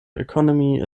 economy